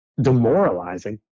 demoralizing